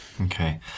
Okay